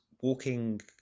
walking